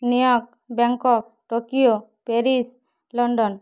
New York Bangkok Tokyo Paris London